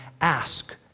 ask